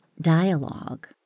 dialogue